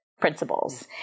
principles